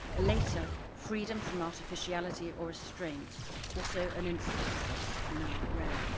later freedom from artificiality or restraint also an instance of this now rare.